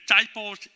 disciples